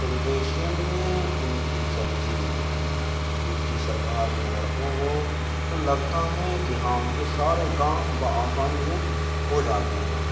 politician میں ان کی چلتی ہو جس کی سرکار میں اگر ہو وہ تو لگتا ہے کہ ہاں ان کے سارے کام با آسانی سے ہو جاتے ہیں